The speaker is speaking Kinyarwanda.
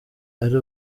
ari